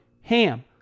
HAM